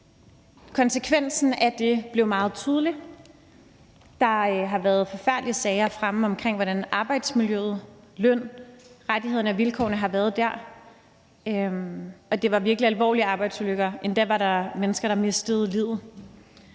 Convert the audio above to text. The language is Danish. Konsekvenserne af det blev meget tydelige: Der har været forfærdelige sager fremme omkring, hvordan arbejdsmiljøet, lønnen, rettighederne og vilkårene har været dér. Og der var virkelig alvorlige arbejdsulykker; endda var der mennesker, der mistede livet.